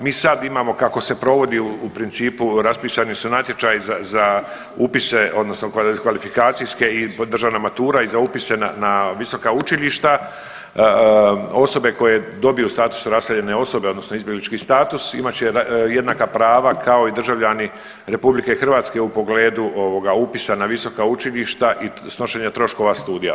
Mi sad imamo kako se provodi u principu raspisani su natječaji za, za upise odnosno kvalifikacije i državna matura i za upise na visoka učilišta, osobe koje dobiju status raseljene osobe odnosno izbjeglički status imat će jednaka prava kao i državljani RH u pogledu ovoga upisa na visoka učilišta i snošenje troškova studija.